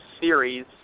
series